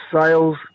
sales